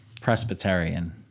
Presbyterian